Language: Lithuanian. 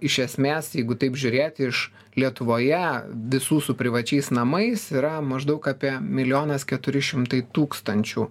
iš esmės jeigu taip žiūrėt iš lietuvoje visų su privačiais namais yra maždaug apie milijonas keturi šimtai tūkstančių